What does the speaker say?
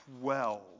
twelve